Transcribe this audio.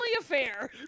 affair